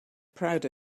proud